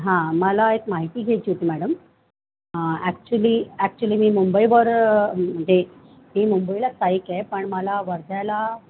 हां मला एक माहिती घ्यायची होती मॅडम ॲक्चुली ॲक्च्युली मी मुंबईवर म्हंजे मी मुंबईला स्थायिक आहे पण मला वर्ध्याला